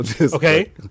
okay